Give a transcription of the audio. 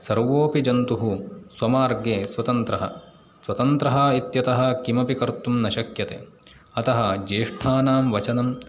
सर्वोपि जन्तुः स्वमार्गे स्वतन्त्रः स्वतन्त्रः इत्यतः किमपि कर्तुं न शक्यते अतः ज्येष्ठानां वचनं